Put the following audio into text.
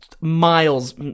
miles